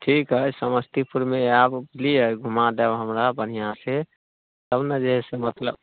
ठीक हइ समस्तीपुरमे आएब बुझलिए घुमा देब हमरा बढ़िआँसँ तब ने जे हइ से मतलब